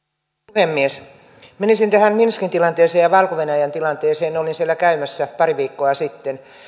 puhemies menisin tähän minskin tilanteeseen ja valko venäjän tilanteeseen olin siellä käymässä pari viikkoa sitten